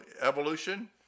evolution